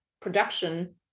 production